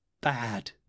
bad